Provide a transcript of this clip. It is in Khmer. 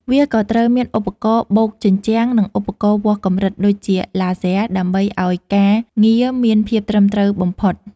វាក៏ត្រូវមាន ឧបករណ៍បូកជញ្ជាំង និង ឧបករណ៍វាស់កម្រិត ដូចជាឡាស៊ែរដើម្បីឱ្យការងារមានភាពត្រឹមត្រូវបំផុត។